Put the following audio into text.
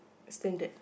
explain that